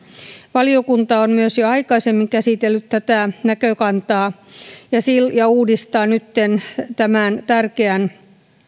valiokunta on jo aikaisemmin käsitellyt tätä näkökantaa ja uudistaa nytten tämän tärkeän